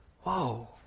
Whoa